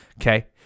okay